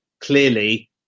clearly